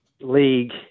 league